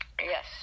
Yes